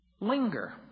linger